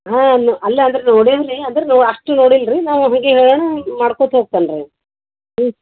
ಹಾಂ ಅನ್ನು ಅಲ್ಲ ಅಂದ್ರೆ ನೋಡಿನಿ ರೀ ಅಂದ್ರೆ ನೊ ಅಷ್ಟು ನೋಡಿಲ್ಲ ರೀ ನಾವು ಹಾಗೆ ಹೇಳೋಣ ಮಾಡ್ಕೋತ ಹೋಗ್ತಾನೆ ರೀ ಅವ್ನು ಹ್ಞೂ